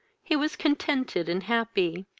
he was contented and happy,